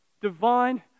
Divine